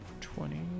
twenty